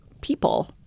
people